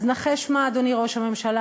אז נחש מה, אדוני ראש הממשלה?